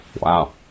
Wow